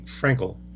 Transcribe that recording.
Frankel